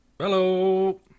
Hello